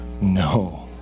No